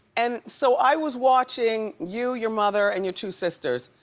and so i was watching you, your mother and your two sisters,